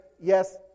yes